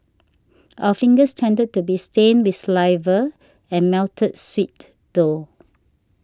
our fingers tended to be stained with saliva and melted sweet though